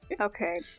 Okay